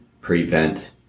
prevent